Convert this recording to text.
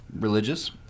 Religious